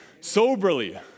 Soberly